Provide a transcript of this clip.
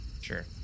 Sure